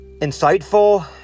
insightful